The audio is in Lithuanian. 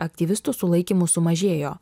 aktyvistų sulaikymų sumažėjo